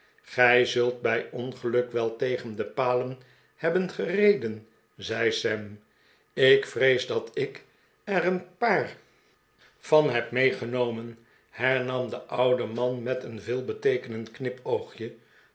gij zult bij ongeluk wel tegen de palen hebben gereden zei sam ik vrees dat ik er een paar van heb meegenomen hernam de oude man met een veelbeteekenend knipoogje